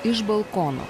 iš balkono